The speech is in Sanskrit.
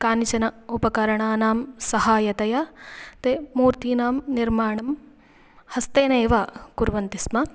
कानिचन उपकरणानां सहायतया ते मूर्तीनां निर्माणं हस्तेनैव कुर्वन्ति स्म